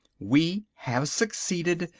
we have succeeded!